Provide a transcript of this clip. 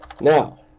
Now